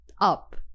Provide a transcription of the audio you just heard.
up